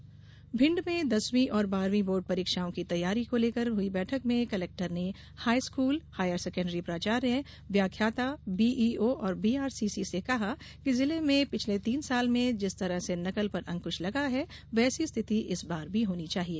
परीक्षा तैयारी भिंड में दसवीं और बारहवीं बोर्ड परीक्षाओं की तैयारी को लेकर हुई बैठक में कलेक्टर ने हाईस्कूल हायर सेकेंडरी प्राचार्य व्याख्याता बीईओ और बीआरसीसी से कहा कि जिले में पिछले तीन साल में जिस तरह से नकल पर अंकुश लगा है वैसी स्थिति इस बार भी होनी चाहिए